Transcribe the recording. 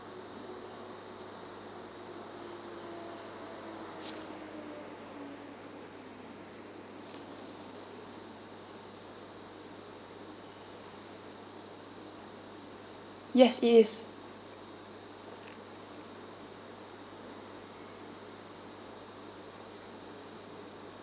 yes it is